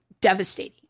devastating